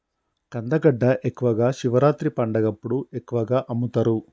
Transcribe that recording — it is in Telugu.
కందగడ్డ ఎక్కువగా శివరాత్రి పండగప్పుడు ఎక్కువగా అమ్ముతరు